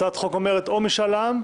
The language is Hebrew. הצעת החוק אומרת: או משאל עם,